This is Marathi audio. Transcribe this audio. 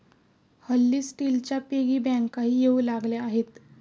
हल्ली स्टीलच्या पिगी बँकाही येऊ लागल्या आहेत